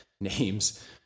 names